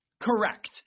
Correct